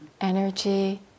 energy